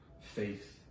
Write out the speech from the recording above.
faith